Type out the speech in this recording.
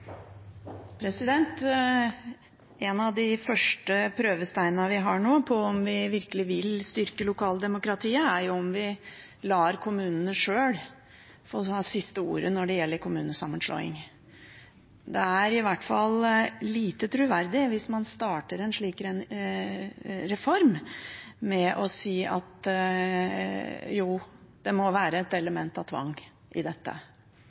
En av de første prøvesteinene vi nå har på om vi virkelig vil styrke lokaldemokratiet, er om vi lar kommunene sjøl få det siste ordet når det gjelder kommunesammenslåing. Det er i hvert fall lite troverdig hvis man starter en slik reform med å si at det må være et element av tvang i dette.